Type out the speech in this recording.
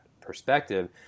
perspective